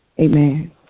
Amen